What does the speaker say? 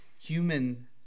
human